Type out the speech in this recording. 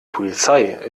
polizei